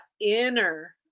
inner